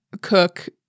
cook